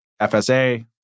FSA